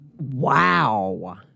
Wow